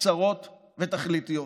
קצרות ותכליתיות.